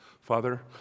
Father